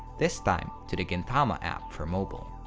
this time to the gintama app for mobile.